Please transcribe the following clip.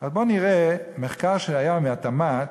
בוא נראה מחקר של התמ"ת